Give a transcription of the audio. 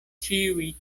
ĉiuj